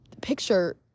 picture